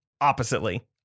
oppositely